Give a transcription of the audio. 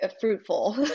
fruitful